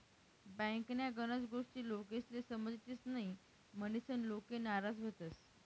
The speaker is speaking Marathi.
बँकन्या गनच गोष्टी लोकेस्ले समजतीस न्हयी, म्हनीसन लोके नाराज व्हतंस